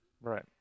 right